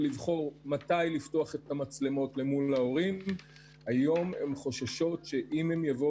אני חושבת שזה מתבקש.